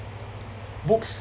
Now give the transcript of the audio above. books